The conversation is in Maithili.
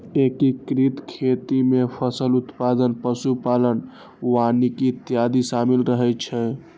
एकीकृत खेती मे फसल उत्पादन, पशु पालन, वानिकी इत्यादि शामिल रहै छै